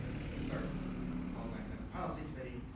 it's going to start with paul's academic policy committee.